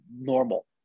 normal